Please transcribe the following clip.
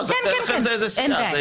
לכן זה איזה סיעה.